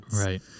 Right